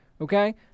okay